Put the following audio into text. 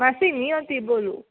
માસી નિયતિ બોલું